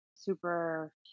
super